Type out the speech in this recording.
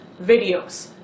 Videos